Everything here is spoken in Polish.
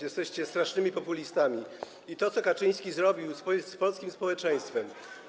Jesteście strasznymi populistami i to, co Kaczyński zrobił z polskim społeczeństwem.